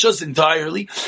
entirely